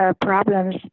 problems